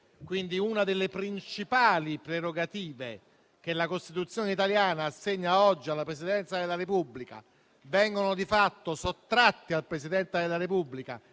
- una delle principali prerogative che la Costituzione italiana assegna oggi alla Presidenza della Repubblica - viene di fatto sottratta al Presidente della Repubblica